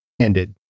ended